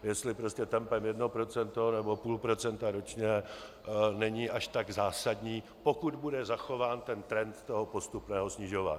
Jestli prostě tempem jedno procento nebo půl procenta ročně není až tak zásadní, pokud bude zachován ten trend postupného snižování.